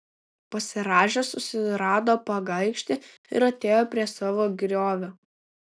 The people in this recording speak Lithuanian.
pasirąžęs susirado pagaikštį ir atėjo prie savo griovio